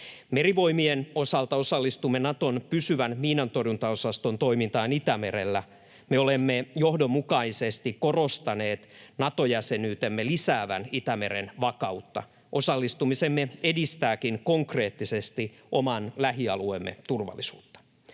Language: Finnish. Merivoimien osalta osallistumme Naton pysyvän miinantorjuntaosaston toimintaan Itämerellä. Me olemme johdonmukaisesti korostaneet Nato-jäsenyytemme lisäävän Itämeren vakautta. Osallistumisemme edistääkin konkreettisesti oman lähialueemme turvallisuutta.